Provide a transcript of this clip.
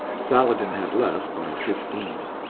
saladin had less, by fifteen.